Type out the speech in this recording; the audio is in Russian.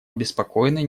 обеспокоены